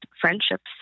friendships